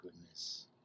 goodness